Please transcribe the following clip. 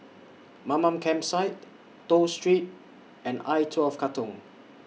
Mamam Campsite Toh Street and I twelve Katong